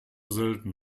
selten